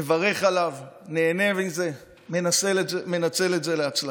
מברך עליו, נהנה מזה ומנצל את זה להצלחה.